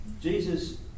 Jesus